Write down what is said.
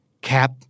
Cap